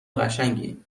قشنگی